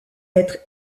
être